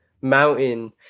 mountain